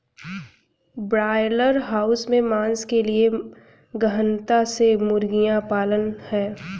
broiler house में मांस के लिए गहनता से मुर्गियां पालना है